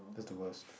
that's the worst